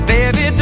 Baby